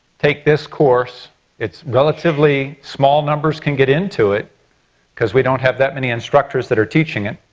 take this course it's relatively small numbers can get into it because we don't have that many instructors that are teaching it,